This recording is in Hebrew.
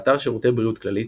באתר שירותי בריאות כללית,